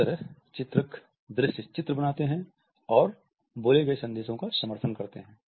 इस तरह चित्रक दृश्य चित्र बनाते हैं और बोले गए संदेशों का समर्थन करते हैं